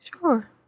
sure